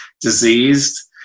diseased